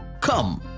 come,